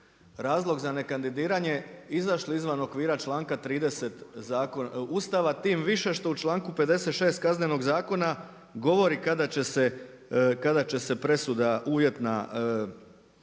razlog za nekandidiranje izašli izvan okvira članka 30. Ustava, tim više što u članku 56. Kaznenog zakona govori kada će se presuda uvjetna